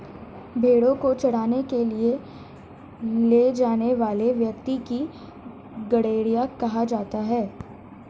भेंड़ों को चराने के लिए ले जाने वाले व्यक्ति को गड़ेरिया कहा जाता है